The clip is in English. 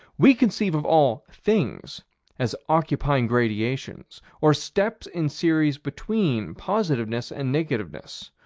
we conceive of all things as occupying gradations, or steps in series between positiveness and negativeness,